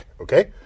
okay